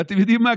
ואתם יודעים מה,